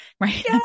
right